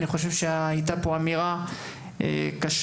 אני חושבת שהייתה פה אמירה קשה,